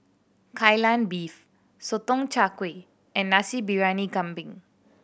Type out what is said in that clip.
Kai Lan Beef Sotong Char Kway and Nasi Briyani Kambing